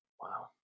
wow